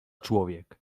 człowiek